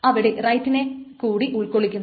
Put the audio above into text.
അവിടെ റൈറ്റിനെക്കൂടി ഉൾക്കൊള്ളിക്കുന്നു